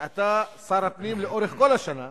ואתה, שר הפנים, לאורך כל השנה,